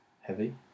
heavy